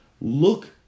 look